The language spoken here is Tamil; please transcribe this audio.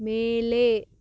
மேலே